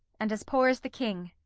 and as poor as the king.